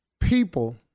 People